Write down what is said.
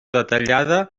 detallada